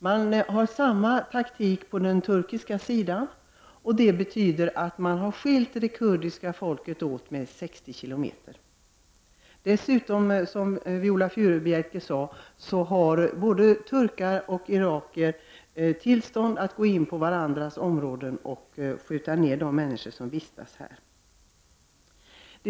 Man har använt samma taktik på den turkiska sidan. Det betyder att man har skilt det kurdiska folket åt med 60 kilometer. Dessutom har, som Viola Furubjelke sade, både turkar och irakier tillstånd att gå in på varandras områden och skjuta ned de människor som vistas här.